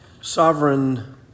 sovereign